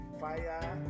Fire